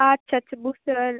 আচ্ছা আচ্ছা বুঝতে পারলাম